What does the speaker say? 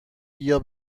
بیا